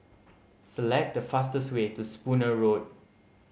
select the fastest way to Spooner Road